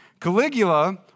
Caligula